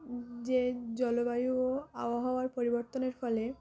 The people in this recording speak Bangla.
যে জলবায়ু ও আবহাওয়ার পরিবর্তনের ফলে